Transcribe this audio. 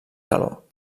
calor